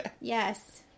Yes